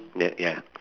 ya ya